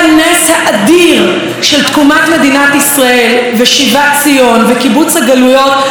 של תקומת מדינת ישראל ושיבת ציון וקיבוץ הגלויות הבאמת-ניסי,